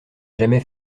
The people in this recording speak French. jamais